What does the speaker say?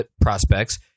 prospects